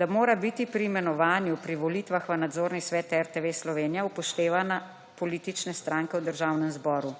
da mora biti pri imenovanju pri volitvah v nadzorni svet RTV Slovenija upoštevane politične stranke v Državnem zboru